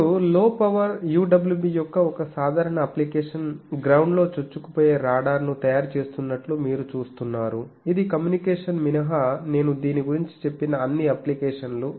ఇప్పుడు low power UWB యొక్క ఒక సాధారణ అప్లికేషన్ గ్రౌండ్ లో చొచ్చుకుపోయే రాడార్ను తయారు చేస్తున్నట్లు మీరు చూస్తున్నారు ఇది కమ్యూనికేషన్ మినహా నేను దీని గురించి చెప్పిన అన్ని అప్లికేషన్లు